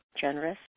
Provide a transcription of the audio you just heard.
generous